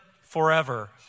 forever